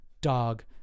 dog